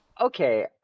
Okay